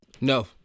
No